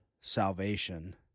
salvation